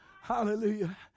Hallelujah